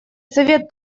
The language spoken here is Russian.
совет